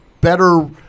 better